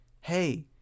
hey